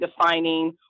defining